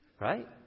Right